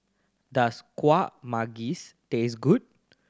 does Kuih Manggis taste good